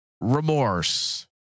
remorse